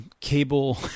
cable